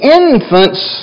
infants